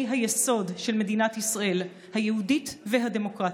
היסוד של מדינת ישראל היהודית והדמוקרטית,